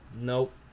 Nope